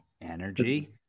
Energy